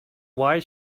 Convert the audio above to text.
why